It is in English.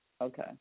Okay